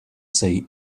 say